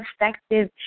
effective